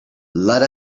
let